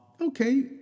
okay